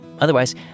Otherwise